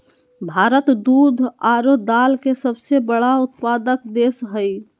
भारत दूध आरो दाल के सबसे बड़ा उत्पादक देश हइ